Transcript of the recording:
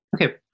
Okay